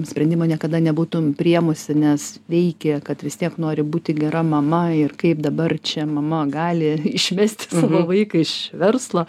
sprendimo niekada nebūtum priėmusi nes veikia kad vis tiek nori būti gera mama ir kaip dabar čia mama gali išvesti savo vaiką iš verslo